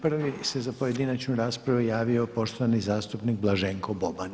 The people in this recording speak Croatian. Prvi se za pojedinačnu raspravu javio poštovani zastupnik Blaženko Boban.